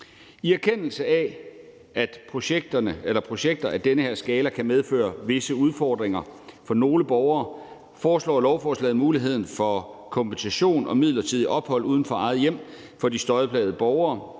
I erkendelse af at projekter i den her skala kan medføre visse udfordringer for nogle borgere, foreslås der i lovforslaget muligheden for kompensation og midlertidigt ophold uden for eget hjem for de støjplagede borgere.